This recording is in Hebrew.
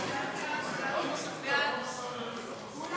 הפיקוח והאכיפה העירוניים ברשויות המקומיות (תעבורה),